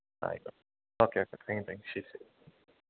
ആയിക്കോട്ടെ okay okay thank you thank you ശരി ശരി